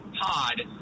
pod